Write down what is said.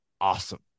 awesome